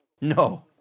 No